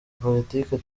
politique